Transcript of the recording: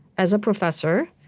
as a professor,